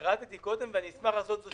פירטתי קודם ואשמח לעשות את זה שוב.